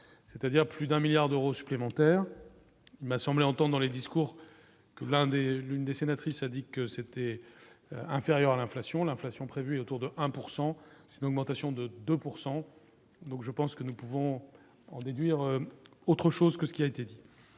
c'est-à-dire plus d'un milliard d'euros supplémentaires, il m'a semblé entend dans les discours que l'Inde est l'une des sénatrice a dit que c'était inférieur à l'inflation, l'inflation prévue autour de 1 pourcent c'est une augmentation de 2 pourcent donc je pense que nous pouvons en déduire autre chose que ce qui a été dit,